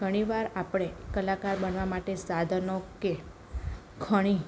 ઘણીવાર આપણે કલાકાર બનવા માટે સાધનો કે ખણી